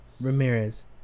Ramirez